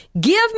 Give